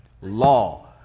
Law